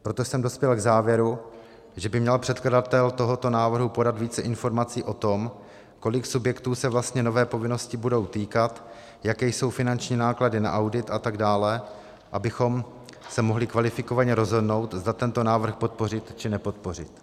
Proto jsem dospěl k závěru, že by měl předkladatel tohoto návrhu podat více informací o tom, kolika subjektů se vlastně nové povinnosti budou týkat, jaké jsou finanční náklady na audit atd., abychom se mohli kvalifikovaně rozhodnout, zda tento návrh podpořit, či nepodpořit.